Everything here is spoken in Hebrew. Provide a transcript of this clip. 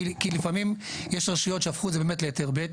כי לפעמים יש רשויות שהפכו את זה באמת להיתר ב'.